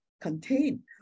contain